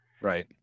Right